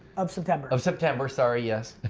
of september? of september, sorry yes.